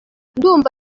ndumva